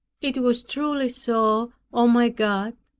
it was truly so, o my god,